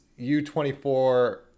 U24